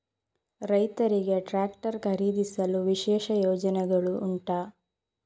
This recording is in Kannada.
ರೈತರಿಗೆ ಟ್ರಾಕ್ಟರ್ ಖರೀದಿಸಲು ವಿಶೇಷ ಯೋಜನೆಗಳು ಉಂಟಾ?